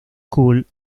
school